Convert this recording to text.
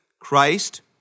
Christ